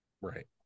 Right